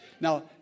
Now